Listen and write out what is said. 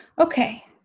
Okay